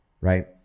right